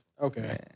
Okay